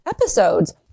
episodes